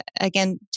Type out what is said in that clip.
again